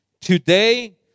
today